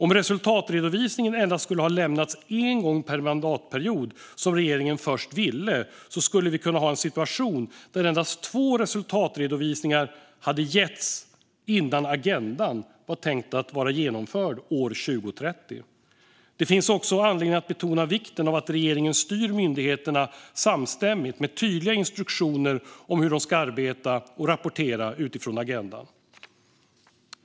Om resultatredovisningen endast skulle ha lämnats en gång per mandatperiod, som regeringen först ville, hade vi kunnat få en situation där endast två resultatredovisningar ges innan agendan är tänkt att vara genomförd. Det finns också anledning att betona vikten av att regeringen styr myndigheterna samstämmigt, med tydliga instruktioner om hur de ska arbeta och rapportera utifrån agendan.